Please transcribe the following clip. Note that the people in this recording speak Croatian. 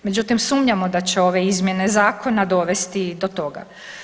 Međutim, sumnjamo da će ove izmjene zakona dovesti i do toga.